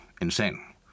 insane